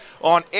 on